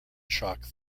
shock